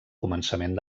començament